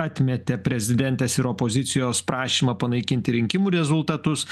atmetė prezidentės ir opozicijos prašymą panaikinti rinkimų rezultatus